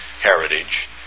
heritage